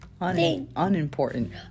unimportant